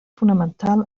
fonamental